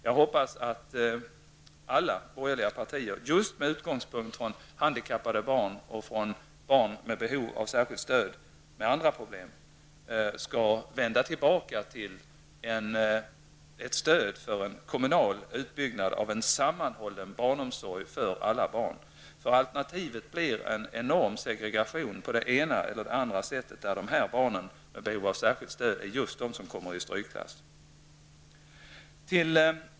Jag hoppas att alla borgerliga partier just med utgångspunkt från handikappade barn och från barn med behov av särskilt stöd för andra problem skall vända tillbaka till ett stöd för en kommunal utbyggnad och en sammanhållen barnomsorg för alla barn. Alternativet blir en enorm segregation på det ena eller det andra sättet, där dessa barn med behov av särskilt stöd kommer i strykklass.